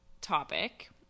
topic